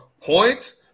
Point